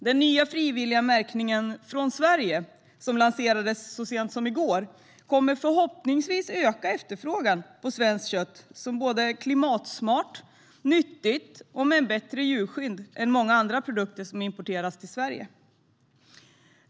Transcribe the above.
Den nya frivilliga märkningen Från Sverige, som lanserades så sent som i går, kommer förhoppningsvis att öka efterfrågan på svenskt kött, som är både klimatsmart och nyttigt och omfattas av bättre djurskydd än många andra produkter som importeras till Sverige.